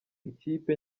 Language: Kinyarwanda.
ikipe